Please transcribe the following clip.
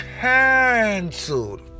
Canceled